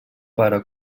pare